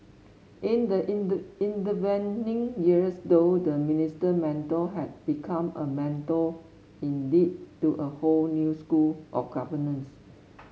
in the inter intervening years though the Minister Mentor had become a mentor indeed to a whole new school of governance